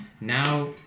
now